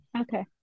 Okay